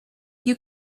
you